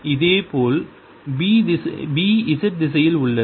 இதேபோல் B z திசையில் உள்ளது